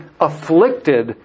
afflicted